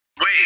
Wait